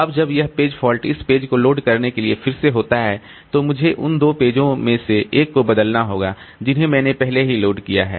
अब जब यह पेज फॉल्ट इस पेज को लोड करने के लिए फिर से होता है तो मुझे उन दो पेजों में से एक को बदलना होगा जिन्हें मैंने पहले ही लोड किया है